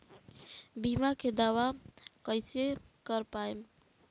बीमा के दावा कईसे कर पाएम?